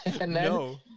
No